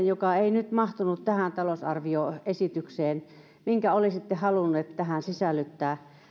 joka ei nyt mahtunut tähän talousarvioesitykseen ja jonka olisitte halunnut tähän sisällyttää